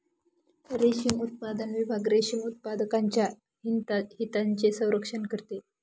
रेशीम उत्पादन विभाग रेशीम उत्पादकांच्या हितांचे संरक्षण करते